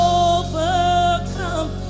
overcome